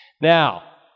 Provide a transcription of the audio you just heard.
Now